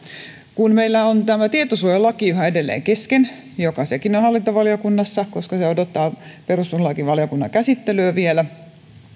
kun meillä on tämä tietosuojalaki yhä edelleen kesken joka sekin on hallintovaliokunnassa koska se odottaa perustuslakivaliokunnan käsittelyä vielä